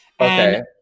Okay